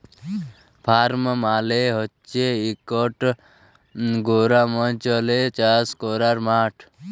farm মালে হছে ইকট গেরামাল্চলে চাষ ক্যরার মাঠ